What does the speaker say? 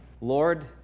Lord